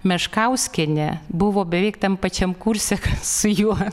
meškauskienė buvo beveik tam pačiam kurse su juo